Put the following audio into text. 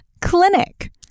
clinic